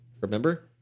Remember